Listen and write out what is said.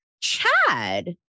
Chad